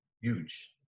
Huge